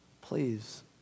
Please